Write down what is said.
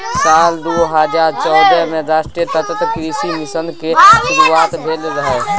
साल दू हजार चौदह मे राष्ट्रीय सतत कृषि मिशन केर शुरुआत भेल रहै